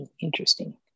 interesting